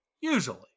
usually